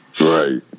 right